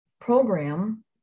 program